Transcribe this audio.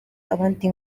abandi